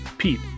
Pete